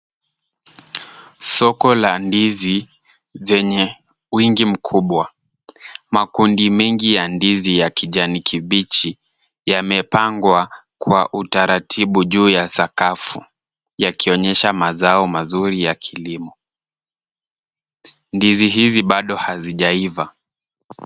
Soko la ndizi zenye wingi mkubwa. Makundi mingi ya ndizi ya kijani kibichi yamepangwa kwa utaratibu juu ya sakafu, yakionyesha mazao mazuri ya kilimo. Ndizi hizi bado hazijaiva.